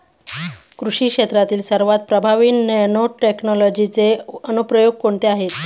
कृषी क्षेत्रातील सर्वात प्रभावी नॅनोटेक्नॉलॉजीचे अनुप्रयोग कोणते आहेत?